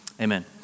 amen